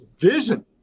vision